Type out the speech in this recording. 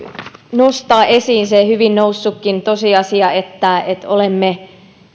nostaa esiin se hyvin noussutkin tosiasia että että olemme